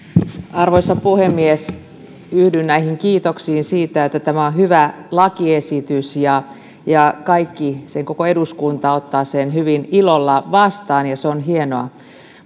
arvoisa puhemies yhdyn kiitoksiin siitä että tämä on hyvä lakiesitys kaikki koko eduskunta ottavat sen hyvin ilolla vastaan ja se on hienoa